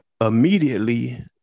immediately